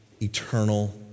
eternal